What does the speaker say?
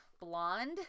blonde